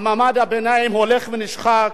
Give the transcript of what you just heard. מעמד הביניים הולך ונשחק.